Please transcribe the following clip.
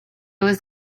was